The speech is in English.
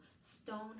stone